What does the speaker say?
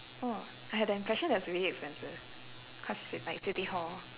oh I had the impression that it's really expensive cause ci~ like city hall